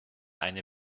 eine